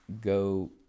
go